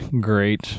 great